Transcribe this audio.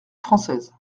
française